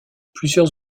plusieurs